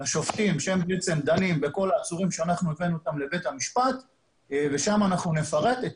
שב"ס והנהלת בתי המשפט יפרטו